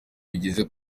bigiye